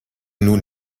nun